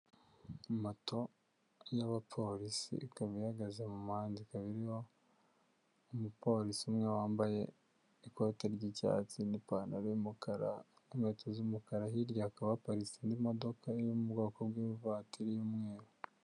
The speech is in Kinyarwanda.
Moto y'abapolisi ikaba ihagaze mu muhanda ikaba iriho umupolisi umwe wambaye ikote ry'icyatsi n'ipantaro yum'umukara n'inkweto z'umukara, hirya hakaba haparitse n'imodoka yo mu bwoko bw'ivatiri y'umweru.